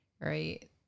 Right